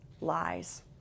lies